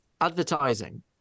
advertising